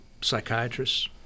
psychiatrists